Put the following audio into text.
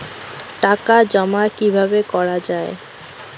টাকা জমা কিভাবে করা য়ায়?